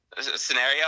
scenario